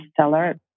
seller